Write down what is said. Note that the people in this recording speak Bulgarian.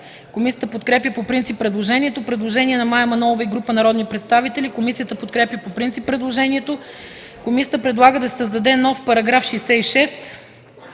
Комисията подкрепя по принцип предложението. Предложение на Мая Манолова и група народни представители. Комисията подкрепя по принцип предложението. Комисията предлага да се създаде нов § 66: „§ 66.